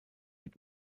mit